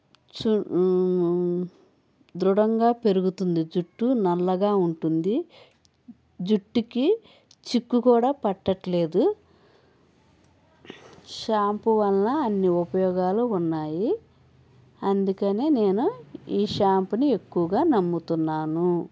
చు దృఢంగా పెరుగుతుంది జుట్టు నల్లగా ఉంటుంది జుట్టుకి చిక్కు కూడా పట్టట్లేదు షాంపు వల్ల అన్నీ ఉపయోగాలు ఉన్నాయి అందుకనే నేను ఈ షాప్ని ఎక్కువగా నమ్ముతున్నాను